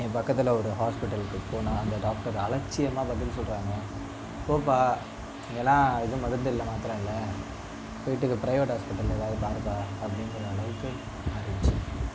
பக்கத்தில் ஒரு ஹாஸ்பிட்டலுக்கு போனால் அந்த டாக்டர் அலட்சியமாக பதில் சொல்கிறாங்க போப்பா இங்கெல்லாம் எதுவும் மருந்து இல்லை மாத்திரை இல்லை போய்ட்டு பிரைவேட் ஹாஸ்பிட்டலில் ஏதாவது காட்டுப்பா அப்டிங்கிற அளவுக்கு